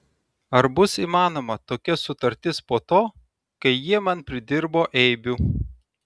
ar bus įmanoma tokia sutartis po to kai jie man pridirbo eibių